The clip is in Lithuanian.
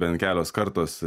bent kelios kartos